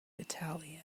italian